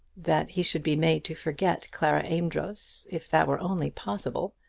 that he should be made to forget clara amedroz, if that were only possible,